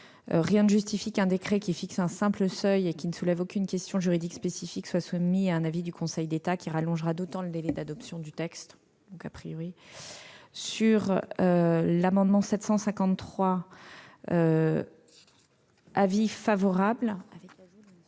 rien ne justifie qu'un décret fixant un simple seuil et ne soulevant aucune question juridique spécifique soit soumis à un avis du Conseil d'État, qui rallongera d'autant le délai d'adoption du texte. Nous sommes également favorables